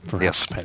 yes